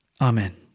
Amen